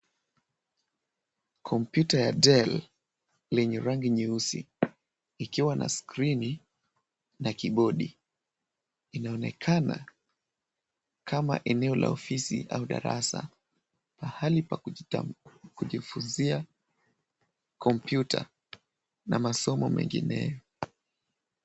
Kompyuta ya Dell lenye rangi nyeusi ikiwa na skrini na kibodi. Inaonekana kama eneo la ofisi au darasa pahali pa kujifunzia kompyuta na masomo mengineyo.